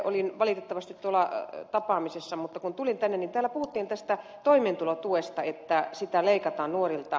olin valitettavasti tapaamisessa mutta kun tulin tänne täällä puhuttiin toimeentulotuesta että sitä leikataan nuorilta